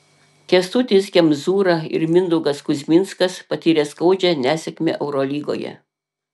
kęstutis kemzūra ir mindaugas kuzminskas patyrė skaudžią nesėkmę eurolygoje